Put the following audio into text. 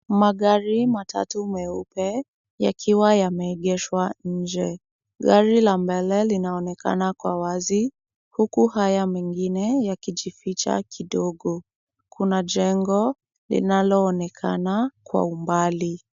Magari matatu meupe yakiwa yameegeshwa nje. Gari la mbele linaonekana kwa wazi huku haya mengine yakijificha kidogo. Kuna jengo linaloonekana kwa umbali.